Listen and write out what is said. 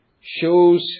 shows